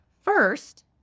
First